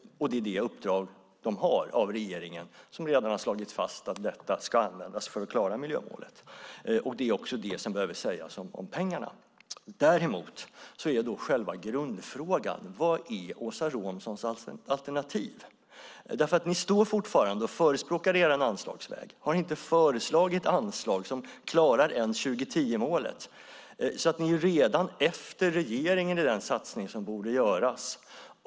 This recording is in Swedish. Det är det uppdrag de fått av regeringen som redan slagit fast att detta ska användas för att klara miljömålet. Det är också detta som behöver sägas om pengarna. Däremot är själva grundfrågan: Vad är Åsa Romsons alternativ? Fortfarande förespråkar ni er anslagsväg. Men ni har inte föreslagit anslag som klarar ens 2010-målet, så ni ligger redan efter regeringen när det gäller den satsning som borde göras.